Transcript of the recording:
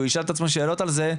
והוא ישאל את עצמו שאלות על זה,